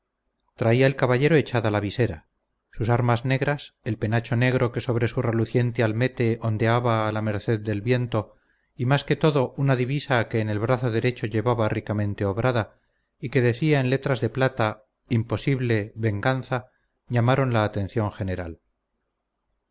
traía el caballero echada la visera sus armas negras el penacho negro que sobre su reluciente almete ondeaba a la merced del viento y más que todo una divisa que en el brazo derecho llevaba ricamente obrada y que decía en letras de plata imposible venganza llamaron la atención general